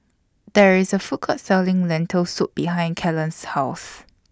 There IS A Food Court Selling Lentil Soup behind Kalen's House